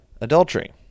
adultery